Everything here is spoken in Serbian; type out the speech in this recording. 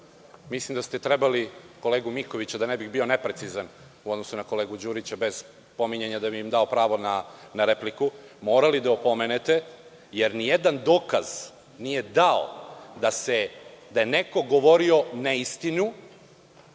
Mislim da ste trebali kolegu Mikovića, da ne bih bio neprecizan u odnosu na kolegu Đurića, bez pominjanja, da bi dao pravo na repliku, morali da opomenete, jer nijedan dokaz nije dao da je neko govorio neistinu,